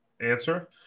answer